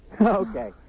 Okay